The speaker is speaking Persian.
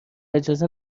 اجازه